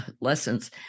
Lessons